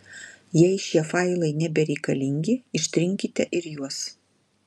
jei šie failai nebereikalingi ištrinkite ir juos